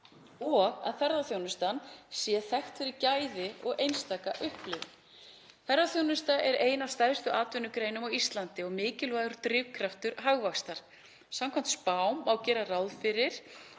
og að ferðaþjónustan sé þekkt fyrir gæði og einstaka upplifun. Ferðaþjónusta er ein af stærstu atvinnugreinum á Íslandi og mikilvægur drifkraftur hagvaxtar. Samkvæmt spám má gera ráð fyrir